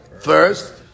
first